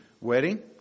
wedding